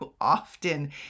often